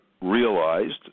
realized